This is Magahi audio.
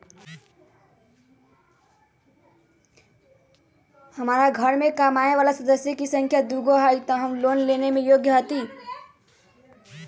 हमार घर मैं कमाए वाला सदस्य की संख्या दुगो हाई त हम लोन लेने में योग्य हती?